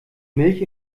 milch